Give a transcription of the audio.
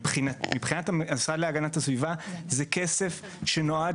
מבחינת המשרד להגנת הסביבה זה כסף שנועד